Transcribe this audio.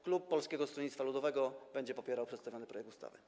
Klub Polskiego Stronnictwa Ludowego będzie popierał przedstawiony projekt ustawy.